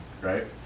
right